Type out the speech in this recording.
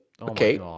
Okay